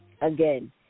Again